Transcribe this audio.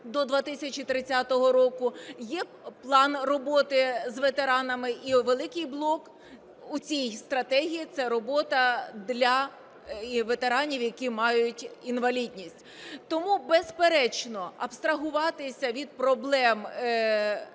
до 2030 року, є план роботи з ветеранами і великий блок у цій стратегії – це робота для ветеранів, які мають інвалідність. Тому, безперечно, абстрагуватися від проблем